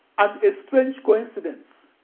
um a strange coincidence